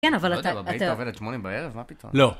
כן, אבל אתה... אתה עובד עד שמונים בערב? מה פתאום? לא.